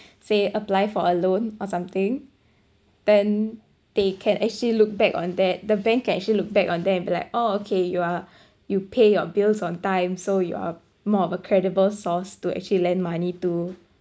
say apply for a loan or something then they can actually look back on that the bank can actually look back on them and be like oh okay you are you pay your bills on time so you're more of a credible source to actually lend money to